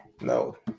no